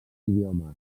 idiomes